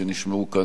במליאה,